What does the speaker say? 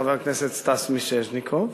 חבר הכנסת סטס מיסז'ניקוב.